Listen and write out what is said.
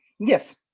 yes